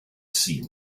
seen